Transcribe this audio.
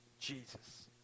Jesus